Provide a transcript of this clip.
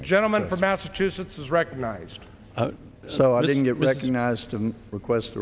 gentleman from massachusetts is recognized so i didn't get recognized to request